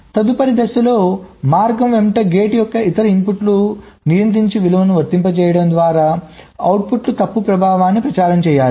తదుపరి దశలో మార్గం వెంట గేట్ యొక్క ఇతర ఇన్పుట్లకు నియంత్రించని విలువలను వర్తింపజేయడం ద్వారా అవుట్పుట్కు తప్పు ప్రభావాన్ని ప్రచారం చేయాలి